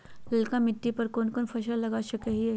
ललकी मिट्टी पर कोन कोन फसल लगा सकय हियय?